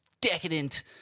decadent